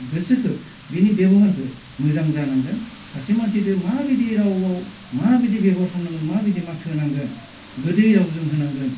गोसोखौ बिनि बेबहारखौ मोजां जानांगोन सासे मानसिजों माबायदि रावाव माबायदि बेबहार खालामनांगोन माबायदि माथो होनांगोन गोदै रावजों होनांगोन